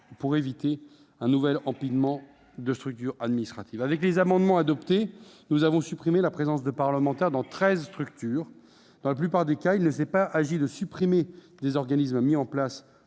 pour éviter un nouvel empilement de structures administratives. Avec les amendements adoptés, nous avons supprimé la présence de parlementaires dans treize structures. Dans la plupart des cas, il s'est agi non pas de supprimer des organismes mis en place